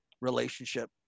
relationship